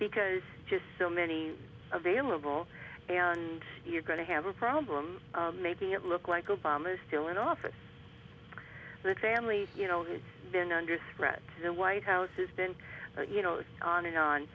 because just so many available and you're going to have a problem making it look like obama is still in office the family you know has been under threat to the white house has been you know on an on